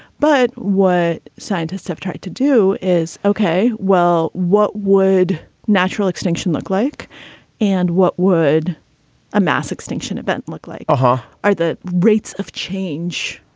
but what scientists have tried to do is, ok. well, what would natural extinction look like and what would a mass extinction event look like? uh-huh. are the rates of change?